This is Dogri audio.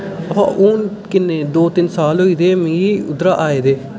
अह् हून किन्ने दो तिन साल होई गेदे मिगी उद्धरा आए दे